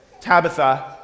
Tabitha